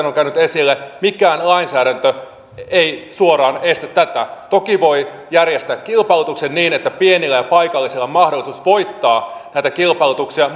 on käynyt esille mikään lainsäädäntö ei suoraan estä tätä toki voi järjestää kilpailutuksen niin että pienillä ja paikallisilla on mahdollisuus voittaa näitä kilpailutuksia